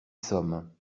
sommes